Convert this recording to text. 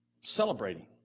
celebrating